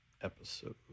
episode